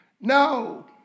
No